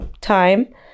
time